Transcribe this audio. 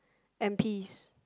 and peas